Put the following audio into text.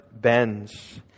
bends